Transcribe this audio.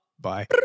Bye